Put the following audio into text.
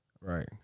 Right